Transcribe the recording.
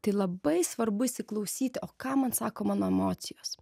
tai labai svarbu įsiklausyti o ką man sako mano emocijos